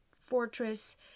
fortress